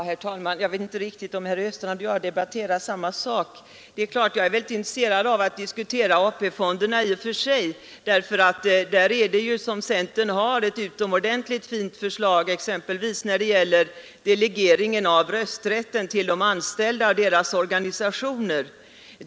Herr talman! Jag vet inte riktigt om herr Östrand och jag debatterar samma sak. Det är klart att jag i och för sig är väldigt intresserad av att diskutera AP-fonderna därför att där har centern ett utomordentligt fint förslag, exempelvis när det gäller delegering av rösträtten till de anställda och deras organisationer.